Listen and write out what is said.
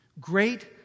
Great